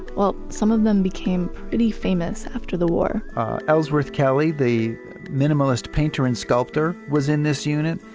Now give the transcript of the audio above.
well, some of them became pretty famous after the war ellsworth kelly, the minimalist painter and sculptor, was in this unit.